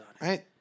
Right